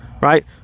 right